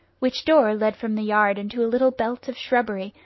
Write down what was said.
which door led from the yard into a little belt of shrubbery,